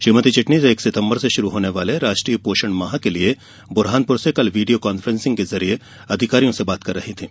श्रीमती चिटनिस एक सितम्बर से शुरू होने वाले राष्ट्रीय पोषण माह के लिए बुरहानपुर से कल वीडियो कॉन्फ्रेंसिंग के जरिए अधिकारियों से बात कर रही थीं